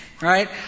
right